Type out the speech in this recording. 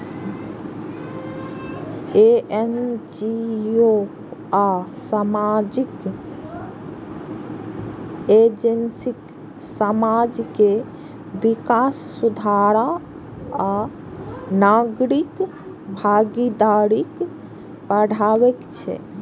NGO आ सामाजिक agency समाज के विकास, सुधार आ नागरिक भागीदारी बढ़ाबै छै